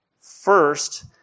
First